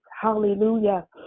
hallelujah